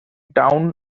town